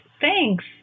Thanks